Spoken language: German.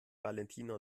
valentina